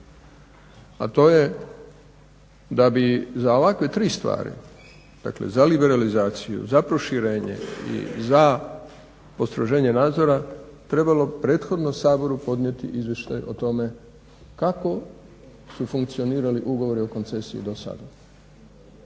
a to je da bi za ovakve tri stvari, za liberalizaciju, za proširenje i za postroženje nadzora trebalo prethodno Saboru podnijeti izvještaj o tome kako su funkcionirali ugovori o koncesiji dosada.